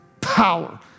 power